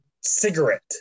cigarette